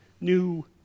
new